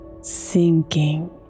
Sinking